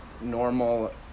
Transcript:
normal